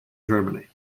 germany